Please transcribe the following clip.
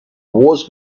wars